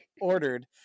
ordered